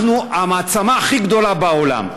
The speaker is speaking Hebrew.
אנחנו המעצמה הכי גדולה בעולם,